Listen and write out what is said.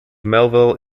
melville